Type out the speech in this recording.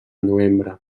novembre